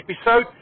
episode